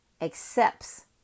accepts